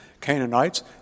Canaanites